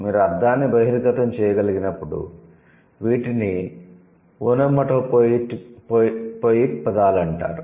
మీరు అర్థాన్ని బహిర్గతం చేయగలిగినప్పుడు వీటిని ఒనోమాటోపోయిక్ పదాలు అంటారు